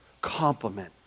compliment